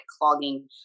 clogging